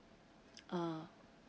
ah